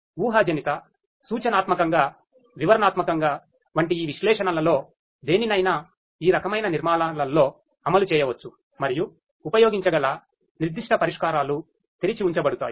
ఊహాజనిత సూచనాత్మకంగా వివరణాత్మకంగా వంటి ఈ విశ్లేషణలలో దేనినైనా ఈ రకమైన నిర్మాణాలలో అమలు చేయవచ్చు మరియు ఉపయోగించగల నిర్దిష్ట పరిష్కారాలు తెరిచి ఉంచబడతాయి